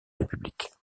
république